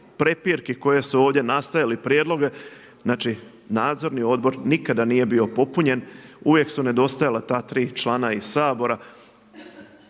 prepirki koji su ovdje nastajali, prijedloge znači Nadzorni odbor nikada nije bio popunjen. Uvijek su nedostajala ta tri člana iz Sabora.